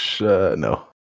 No